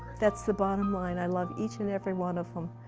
that's the bottom line. i love each and every one of them.